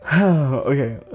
okay